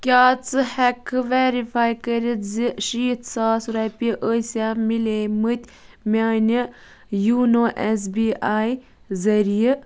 کیٛاہ ژٕ ہٮ۪ککھٕ ویرِفاے کٔرِتھ زِ شیٖتھ ساس رۄپیہِ ٲسیا میلے مٕتۍ میٛانہِ یونو ایٚس بی آئی ذٔریعہِ